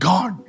God